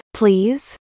please